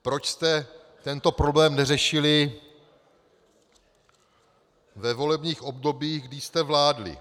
Proč jste tento problém neřešili ve volebních obdobích, kdy jste vládli?